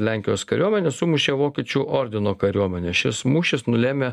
lenkijos kariuomenė sumušė vokiečių ordino kariuomenę šis mūšis nulėmė